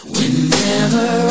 Whenever